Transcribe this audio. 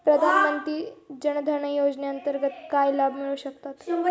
प्रधानमंत्री जनधन योजनेअंतर्गत काय लाभ मिळू शकतात?